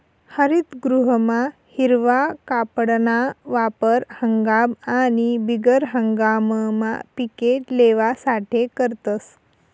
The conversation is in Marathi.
हरितगृहमा हिरवा कापडना वापर हंगाम आणि बिगर हंगाममा पिके लेवासाठे करतस